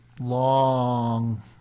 long